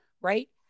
right